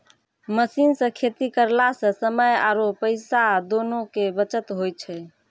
machine सॅ खेती करला स समय आरो पैसा दोनों के बचत होय छै